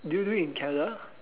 did you do it in Canada